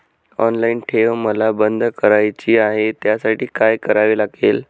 Online ठेव मला बंद करायची आहे, त्यासाठी काय करावे लागेल?